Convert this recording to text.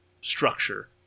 structure